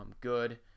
good